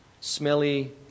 smelly